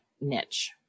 niche